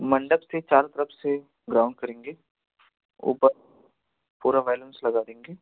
मंडप से चारों तरफ़ से ग्राउंड करेंगे ऊपर पूरा बैलूंस लगा देंगे